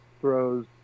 throws